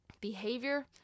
behavior